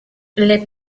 les